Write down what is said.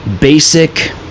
basic